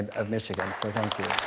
of michigan. so thank you.